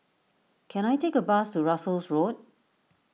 can I take a bus to Russels Road